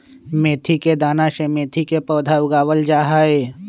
मेथी के दाना से मेथी के पौधा उगावल जाहई